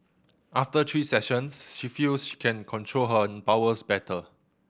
after three sessions she feels she can control her bowels better